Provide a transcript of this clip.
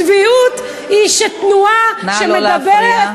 הצביעות היא שתנועה, נא לא להפריע.